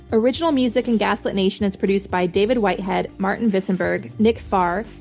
original music in gaslit nation is produced by david whitehead, martin visenberg, nick farr,